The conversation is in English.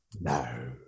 No